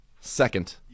Second